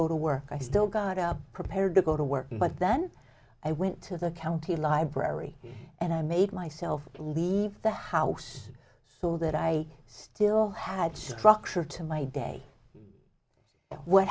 go to work i still got up prepared to go to work but then i went to the county library and i made myself leave the house so that i still had structure to my day what